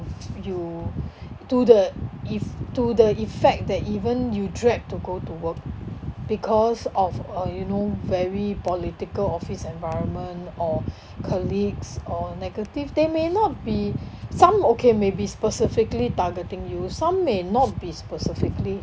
you to the if to the effect that even you dread to go to work because of uh you know very political office environment or colleagues or negative they may not be some okay maybe specifically targeting you some may not be specifically